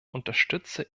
unterstütze